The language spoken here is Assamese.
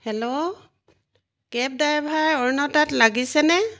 হেল্ল' কেব ড্ৰাইভাৰ অৰুণৰ তাত লাগিছেনে